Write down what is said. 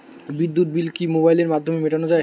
বিদ্যুৎ বিল কি মোবাইলের মাধ্যমে মেটানো য়ায়?